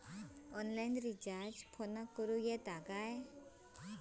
Online recharge फोनला करूक येता काय?